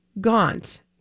gaunt